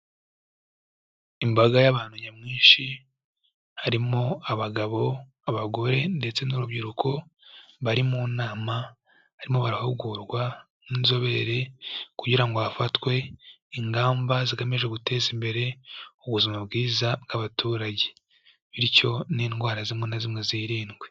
Imbaga y'abantu nyamwinshi harimo abagabo, abagore ndetse n'urubyiruko, bari mu nama barimo barahugurwa nk'inzobere kugira ngo hafatwe ingamba zigamije guteza imbere ubuzima bwiza bw'abaturage, bityo n'indwara zimwe na zimwe zirindwe.